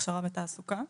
הכשרה ותעסוקה.